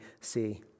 see